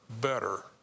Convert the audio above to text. better